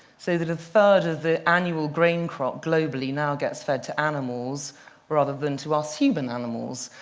so that a third of the annual grain crop globally now gets fed to animals rather than to us human animals.